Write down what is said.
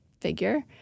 figure